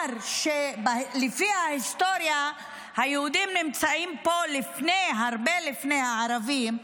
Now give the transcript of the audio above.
ואמר שלפי ההיסטוריה היהודים נמצאים פה הרבה לפני הערבים,